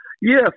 Yes